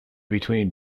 between